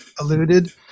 alluded